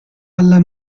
alla